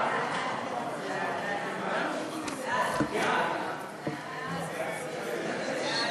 סעיפים 1 2 נתקבלו.